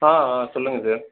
ஆ ஆ சொல்லுங்கள் சார்